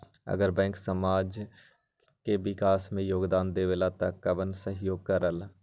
अगर बैंक समाज के विकास मे योगदान देबले त कबन सहयोग करल?